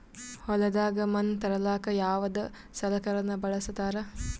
ಹೊಲದಾಗ ಮಣ್ ತರಲಾಕ ಯಾವದ ಸಲಕರಣ ಬಳಸತಾರ?